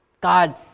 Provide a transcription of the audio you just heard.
God